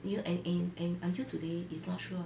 you know and in in until today it's not sure